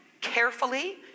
carefully